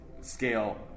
scale